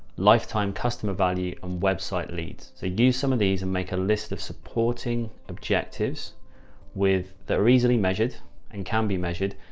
lifetime customer value on website leads. so use some of these and make a list of supporting objectives that are easily measured and can be measured,